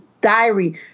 diary